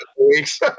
weeks